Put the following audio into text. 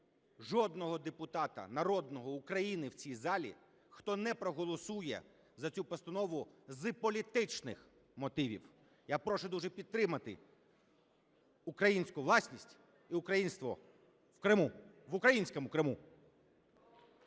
жодного депутата народного України в цій залі, хто не проголосує за цю постанову з політичних мотивів. Я прошу дуже підтримати українську власність і українство в Криму – в українському Криму!